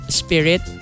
spirit